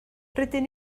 rydyn